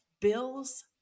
Bills